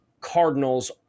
Cardinals